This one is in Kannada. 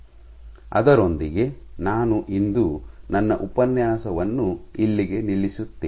ಅದರೊಂದಿಗೆ ನಾನು ಇಂದು ನನ್ನ ಉಪನ್ಯಾಸವನ್ನು ಇಲ್ಲಿಗೆ ನಿಲ್ಲಿಸುತ್ತೇನೆ